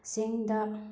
ꯆꯤꯡꯗ